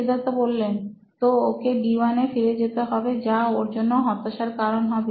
সিদ্ধার্থ তো ওকে D1 এ ফিরে যেতে হবে যা ওর জন্য হতাশার কারণ হবে